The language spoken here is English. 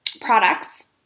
products